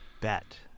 bet